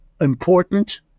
important